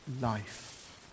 life